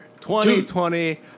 2020